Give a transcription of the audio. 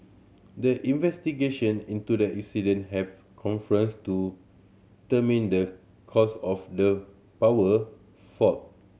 the investigation into the incident have to determine the cause of the power fault